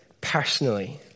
personally